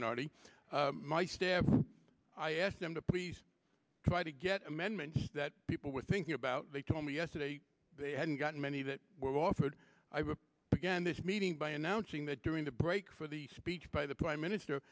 minority my staff i asked them to please try to get amendments that people were thinking about they told me yesterday they hadn't gotten many that were offered again this meeting by announcing that during the break for the speech by the prime minister